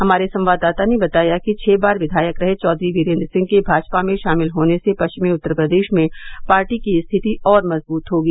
हमारे संवाददाता ने बताया कि छः बार विधायक रहे चौधरी वीरेन्द्र सिंह के भाजपा में शामिल होने से पश्चिमी उत्तर प्रदेश में पार्टी की स्थिति और मजबूत होगी